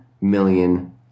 million